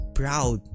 proud